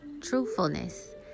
truthfulness